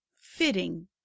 fitting